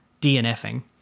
DNFing